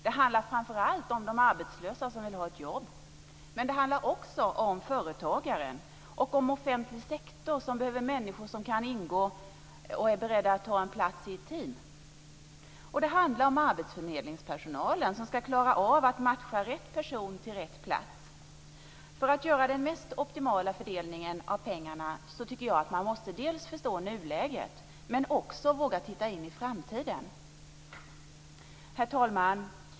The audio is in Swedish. Framför allt handlar det om de arbetslösa som vill ha jobb men också om företagaren och om den offentliga sektor som behöver människor som är beredda att ta en plats i ett team. Vidare handlar det om arbetsförmedlingspersonalen som ska klara av att matcha rätt person med rätt plats. För att få optimal fördelning av pengarna måste man, tycker jag, dels förstå nuläget, dels våga titta in i framtiden. Herr talman!